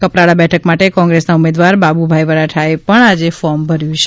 કપરાડા બેઠક માટે કોગ્રેસનાં ઉમેદવાર બાબૂભાઈ વરઠા એ પણ આજે ફોર્મ ભર્યું છે